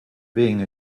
being